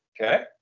Okay